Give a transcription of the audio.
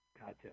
Gotcha